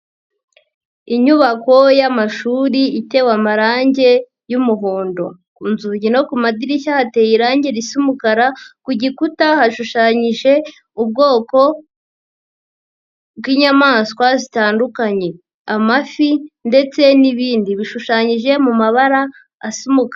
Inyubako y'amashuri itewe amarangi y'umuhondo, ku nzugi no ku madirishya hateye irangi risa umukara, ku gikuta hashushanyije ubwoko bw'inyamaswa zitandukanye, amafi ndetse n'ibindi bishushanyije mu mabara asa umukara.